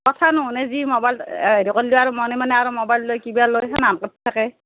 কথা নুশুনে যি ম'বাইল হেৰি কৰিলেও আৰু মনে মনে আৰু ম'বাইল লয় কিবা লয় হেনেহেন থাকে